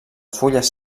fulles